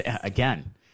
again